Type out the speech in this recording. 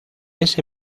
ese